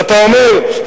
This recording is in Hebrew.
ואתה אומר,